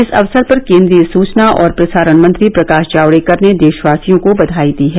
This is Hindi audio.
इस अवसर पर केन्द्रीय सूचना और प्रसारण मंत्री प्रकाश जावडेकर ने देशवासियों को बघाई दी हैं